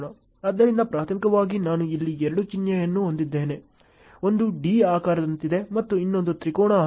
ಆದ್ದರಿಂದ ಪ್ರಾಥಮಿಕವಾಗಿ ನಾನು ಇಲ್ಲಿ ಎರಡು ಚಿಹ್ನೆಗಳನ್ನು ಹೊಂದಿದ್ದೇನೆ ಒಂದು D ಆಕಾರದಂತಿದೆ ಮತ್ತು ಇನ್ನೊಂದು ತ್ರಿಕೋನ ಆಕಾರ